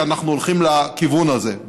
כי אנחנו הולכים לכיוון הזה.